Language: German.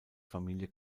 familie